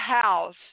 house